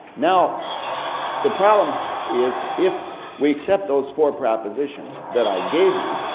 now the problem is, if we accept those four propositions that i gave you,